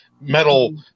metal